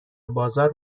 بازار